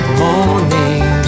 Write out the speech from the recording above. morning